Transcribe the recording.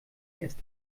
erst